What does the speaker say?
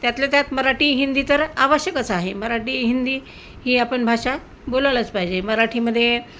त्यातल्या त्यात मराठी हिंदी तर आवश्यकच आहे मराठी हिंदी ही आपण भाषा बोलायलाच पाहिजे मराठीमध्ये